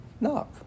knock